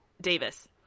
Davis